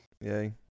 Yay